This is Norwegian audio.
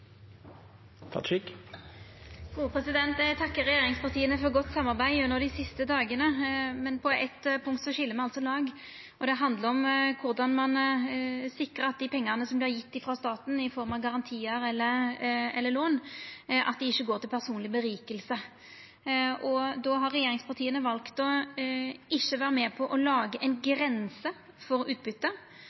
godt samarbeid gjennom dei siste dagane. På eitt punkt skil me altså lag, og det handlar om korleis ein sikrar at dei pengane som vert gjevne frå staten i form av garantiar eller lån, ikkje går til «personlig berikelse». Då har regjeringspartia valt å ikkje vera med på å setja ei grense for